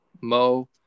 Mo